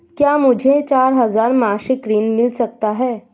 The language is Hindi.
क्या मुझे चार हजार मासिक ऋण मिल सकता है?